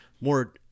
more